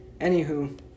anywho